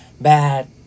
bad